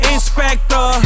Inspector